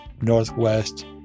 northwest